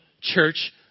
church